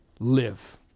live